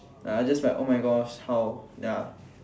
I just like oh my gosh how ya